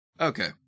Okay